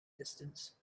distance